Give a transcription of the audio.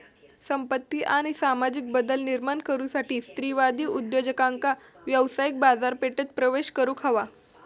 संपत्ती आणि सामाजिक बदल निर्माण करुसाठी स्त्रीवादी उद्योजकांका व्यावसायिक बाजारपेठेत प्रवेश करुक हवा